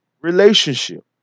relationship